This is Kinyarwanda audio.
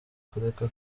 kureka